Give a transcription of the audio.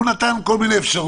הוא נתן אפשרויות,